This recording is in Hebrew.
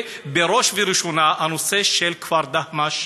ובראש ובראשונה, הנושא של הכפר דהמש,